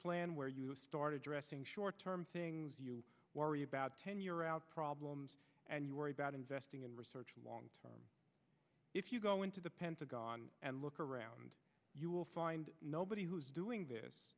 plan where you start addressing short term things you worry about ten year out problems and you worry about investing in research long if you go into the pentagon and look around you will find nobody who's doing this